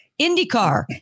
IndyCar